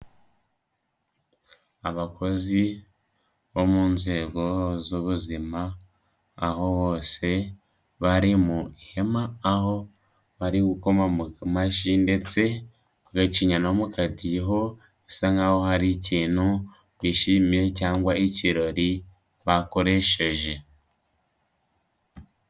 Abakozi bo mu nzego z'ubuzima, aho bose bari mu ihema, aho bari gukoma mumashyi ndetse bagacinya no mu kadiho, bisa nkaho hari ikintu bishimiye cyangwa ikirori bakoresheje.